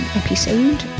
episode